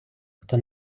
хто